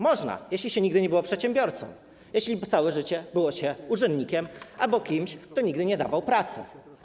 Można, jeśli się nigdy nie było przedsiębiorcą, jeśli całe życie było się urzędnikiem albo kimś, kto nigdy nie dawał pracy.